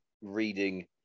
reading